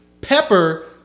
pepper